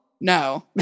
No